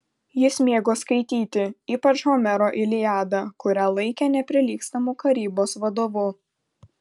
jis mėgo skaityti ypač homero iliadą kurią laikė neprilygstamu karybos vadovu